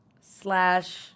Slash